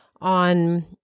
on